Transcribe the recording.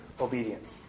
obedience